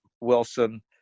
Wilson